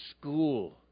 school